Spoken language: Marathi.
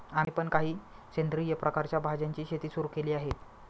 आम्ही पण काही सेंद्रिय प्रकारच्या भाज्यांची शेती सुरू केली आहे